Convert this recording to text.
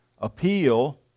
appeal